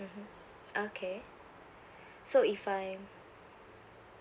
okay so if I